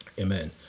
Amen